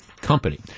company